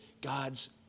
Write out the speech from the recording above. God's